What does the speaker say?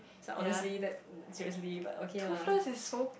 it's like honestly that seriously but okay lah